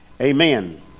amen